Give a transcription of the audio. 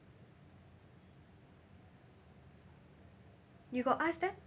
you got ask them